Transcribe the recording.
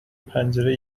پنجره